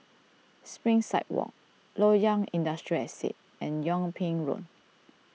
Springside Walk Loyang Industrial Estate and Yung Ping Road